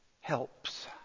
helps